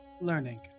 learning